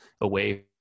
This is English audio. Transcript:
away